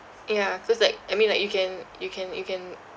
ya cause like I mean like you can you can you can